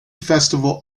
festival